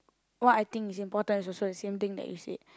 what I think is important is also the same thing that you said